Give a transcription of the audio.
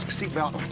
seat belt.